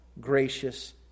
gracious